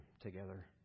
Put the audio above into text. together